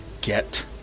get